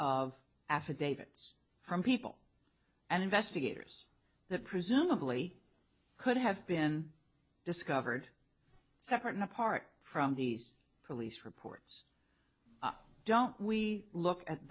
of affidavits from people and investigators that presumably could have been discovered separate and apart from these police reports don't we look at